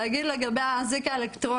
אני רוצה להגיד משהו על האזיק האלקטרוני.